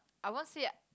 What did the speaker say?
I won't see ah